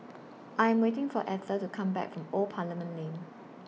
I Am waiting For Ether to Come Back from Old Parliament Lane